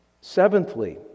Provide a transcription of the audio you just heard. Seventhly